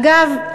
אגב,